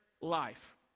life